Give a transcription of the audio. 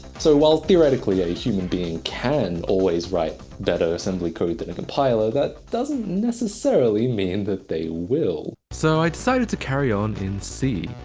so while theoretically a human being can always write better assembly code than a compiler, that doesn't necessarily mean that they will. so i decided to carry on in c.